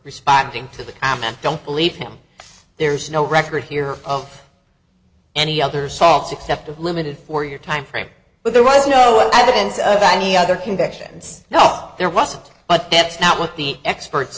responding to the comment don't believe him there's no record here of any other salts except a limited for your time frame but there was no evidence of any other convictions off there wasn't but that's not what the